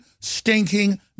stinking